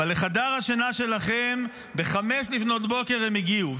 אבל לחדר השינה שלכם, ב-05:00 הם הגיעו.